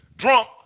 Drunk